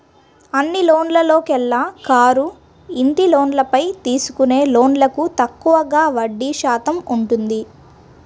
అన్ని లోన్లలోకెల్లా కారు, ఇంటి లోన్లపై తీసుకునే లోన్లకు తక్కువగా వడ్డీ శాతం ఉంటుంది